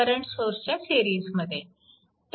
current सोर्सच्या सिरीजमध्ये